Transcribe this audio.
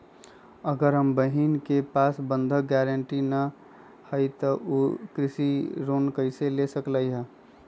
अगर हमर बहिन के पास बंधक गरान्टी न हई त उ कृषि ऋण कईसे ले सकलई ह?